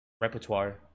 repertoire